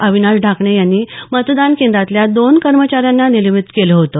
अविनाश ढाकणे यांनी मतदान केंद्रातल्या दोन कर्मचाऱ्यांना निलंबित केलं होत